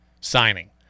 signing